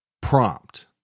prompt